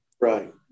right